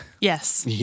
Yes